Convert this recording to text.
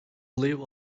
live